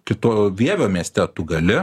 kito vievio mieste tu gali